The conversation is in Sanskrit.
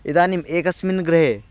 इदानीम् एकस्मिन् गृहे